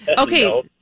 Okay